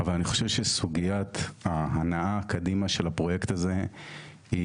אבל אני חושב שסוגיית ההנאה קדימה של הפרויקט הזה היא